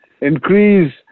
increase